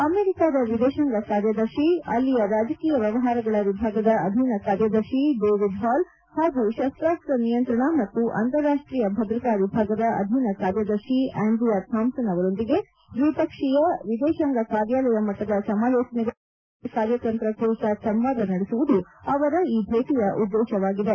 ಅಮರಿಕದ ವಿದೇಶಾಂಗ ಕಾರ್ಯದರ್ಶಿ ಅಲ್ಲಿಯ ರಾಜಕೀಯ ವ್ಯವಹಾರಗಳ ವಿಭಾಗದ ಅಧೀನ ಕಾರ್ಯದರ್ಶಿ ಡೇವಿಡ್ ಹಾಲ್ ಹಾಗೂ ಶಸ್ತಾಸ್ತ ನಿಯಂತ್ರಣ ಮತ್ತು ಅಂತಾರಾಷ್ಟೀಯ ಭದ್ರತಾ ವಿಭಾಗದ ಅಧೀನ ಕಾರ್ಯದರ್ಶಿ ಆ್ಚಂಡ್ರಿಯಾ ಥಾಮ್ಲನ್ ಅವರೊಂದಿಗೆ ದ್ವಿಪಕ್ಷೀಯ ವಿದೇಶಾಂಗ ಕಾರ್ಯಾಲಯ ಮಟ್ಟದ ಸಮಾಲೋಚನೆಗಳು ಮತ್ತು ಭದ್ರತಾ ಕಾರ್ಯತಂತ್ರ ಕುರಿತ ಸಂವಾದ ನಡೆಸುವುದು ಅವರ ಈ ಭೇಟಿಯ ಉದ್ದೇಶವಾಗಿದೆ